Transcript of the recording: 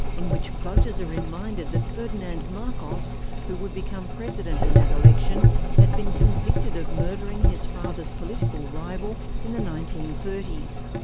in which voters are reminded that ferdinand marcos who would become president in that election had been convicted of murdering his father's political rival in the nineteen thirty s.